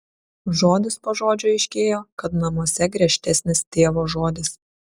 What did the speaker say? žodis po žodžio aiškėjo kad namuose griežtesnis tėvo žodis